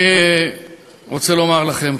אני רוצה לומר לכם,